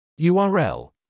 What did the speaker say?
URL